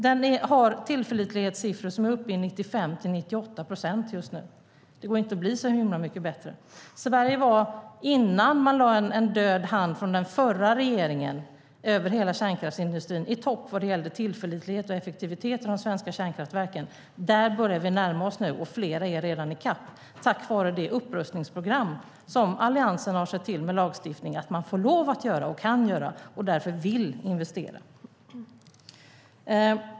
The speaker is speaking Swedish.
Den har tillförlitlighetssiffror som är uppe i 95-98 procent just nu. Det går inte att bli så himla mycket bättre. Sverige var, innan den förra regeringen lade en död hand över hela kärnkraftsindustrin, i topp vad gällde tillförlitlighet och effektivitet i kärnkraftverken. Där börjar vi närma oss nu, och flera är redan i kapp, tack vare det upprustningsprogram som Alliansen med lagstiftning har sett till att man får och kan göra, och därför vill man nu investera.